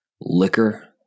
liquor